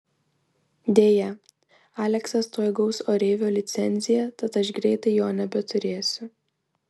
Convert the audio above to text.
deja aleksas tuoj gaus oreivio licenciją tad aš greitai jo nebeturėsiu